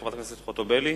חברת הכנסת חוטובלי?